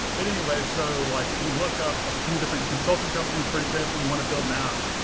but anyways, so like you look up a few different consulting companies for example, you want to build an app.